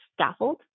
scaffold